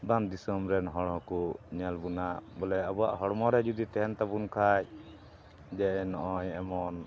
ᱵᱟᱝ ᱫᱤᱥᱚᱢ ᱨᱮᱱ ᱦᱚᱲ ᱦᱚᱸᱠᱚ ᱧᱮᱞ ᱵᱚᱱᱟ ᱵᱚᱞᱮ ᱟᱵᱚᱣᱟᱜ ᱦᱚᱲᱢᱚ ᱨᱮ ᱡᱩᱫᱤ ᱛᱟᱦᱮᱱ ᱛᱟᱵᱚᱱ ᱠᱷᱟᱡ ᱡᱮ ᱱᱚᱜᱼᱚᱭ ᱮᱢᱚᱱ